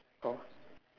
oh